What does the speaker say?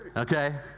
okay,